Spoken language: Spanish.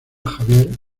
javier